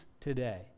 today